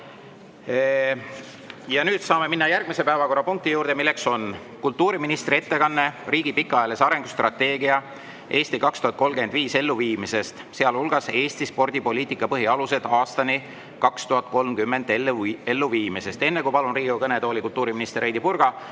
Nüüd saame minna järgmise päevakorrapunkti juurde, milleks on kultuuriministri ettekanne "Riigi pikaajalise arengustrateegia "Eesti 2035" elluviimisest", sealhulgas "Eesti spordipoliitika põhialuste aastani 2030" elluviimisest. Enne kui palun Riigikogu kõnetooli kultuuriminister Heidy Purga,